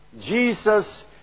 Jesus